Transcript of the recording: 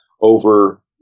over